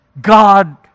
God